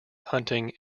hunting